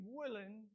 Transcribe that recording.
willing